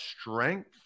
strength